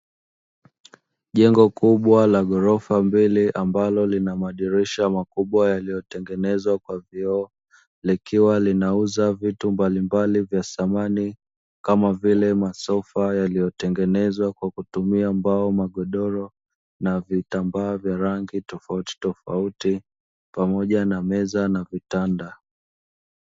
Jengo kubwa la ghorofa mbili ambalo lina madirisha makubwa yaliyotengenezwa kwa vioo, likiwa linauza vitu mbalimbali vya samani kama vile masofa yaliyotengenezwa kutumia mbao, magodoro na vitambaa vya rangi tofautitofauti pamoja na meza na vitanda.